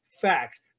facts